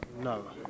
No